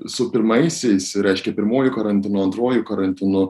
su pirmaisiais reiškia pirmuoju karantinu antruoju karantinu